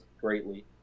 greatly